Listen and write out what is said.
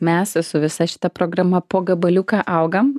mes su visa šita programa po gabaliuką augam